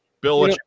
Bill